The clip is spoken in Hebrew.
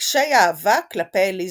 רגשי אהבה כלפי אליזבת.